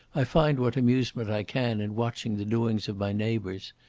i find what amusement i can in watching the doings of my neighbours.